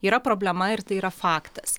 yra problema ir tai yra faktas